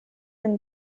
and